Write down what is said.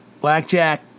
Blackjack